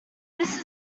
this